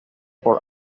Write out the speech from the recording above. por